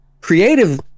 creative